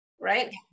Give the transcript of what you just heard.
right